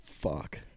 fuck